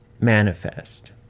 manifest